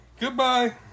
Goodbye